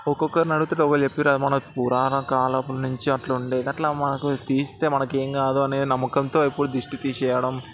ఒక్కొక్కరినీ అడుగుతుంటే ఒకరు చెప్పిర్రు మన పురాణాలు కాలమునుంచి అట్లా ఉండే అట్లా మనకు తీస్తే మనకి ఏం కాదు అనే నమ్మకంతో ఎప్పుడు దిష్టి తీసేయడం